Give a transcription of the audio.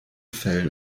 fällen